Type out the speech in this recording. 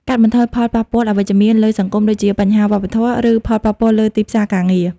កាត់បន្ថយផលប៉ះពាល់អវិជ្ជមានលើសង្គម ដូចជាបញ្ហាវប្បធម៌ ឬផលប៉ះពាល់លើទីផ្សារការងារ។